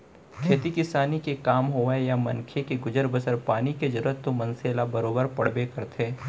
खेती किसानी के काम होवय या मनखे के गुजर बसर पानी के जरूरत तो मनसे ल बरोबर पड़बे करथे